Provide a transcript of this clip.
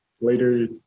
later